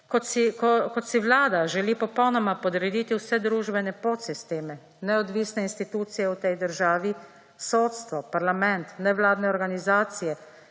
Kot si vlada želi popolnoma podrediti vse družbene podsisteme, neodvisne institucije v tej državi, sodstvo, parlament, nevladne organizacije,